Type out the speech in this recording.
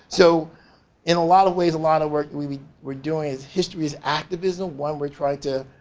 so in a lot of ways, a lot of work and we we were doing is histories activism. when we trying to,